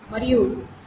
మరియు t3